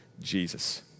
Jesus